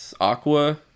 aqua